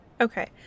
Okay